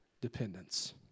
dependence